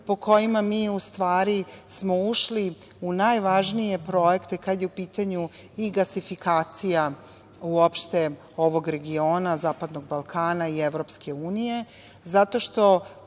po kojima smo mi u stvari ušli u najvažnije projekte kada je u pitanju i gasifikacija uopšte ovog regiona zapadnog Balkana i Evropske unije. Zato što,